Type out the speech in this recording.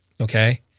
okay